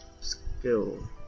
Skill